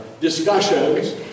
discussions